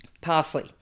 Parsley